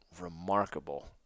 remarkable